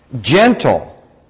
gentle